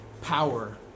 power